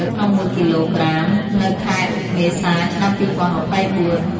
លក្នុងមួយគីឡូក្រាមនៅខែមេសា ឆ្នាំ ២០២៤។